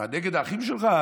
אתה נגד האחים שלך?